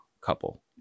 couple